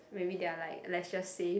maybe they are like let's just say